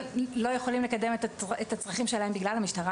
יכולים לקדם את הצרכים שלהם בגלל המשטרה,